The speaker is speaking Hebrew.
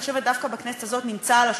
הרווחה והבריאות נתקבלה.